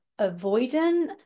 avoidant